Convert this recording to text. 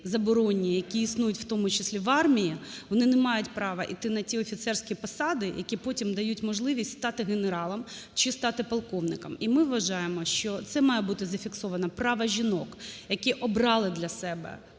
які існують, в тому числі в армії, вони не мають права йти на ті офіцерські посади, які потім дають можливість стати генералом чи стати полковником. І ми вважаємо, що це має бути зафіксовано право жінок, які обрали для себе